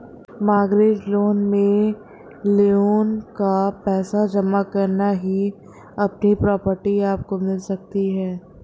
mortgage loan में loan का पैसा जमा करते ही अपनी प्रॉपर्टी आपको मिल सकती है